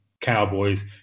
Cowboys